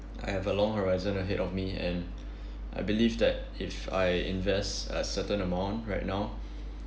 I have a long horizon ahead of me and I believe that if I invest a certain amount right now